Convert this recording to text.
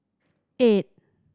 eight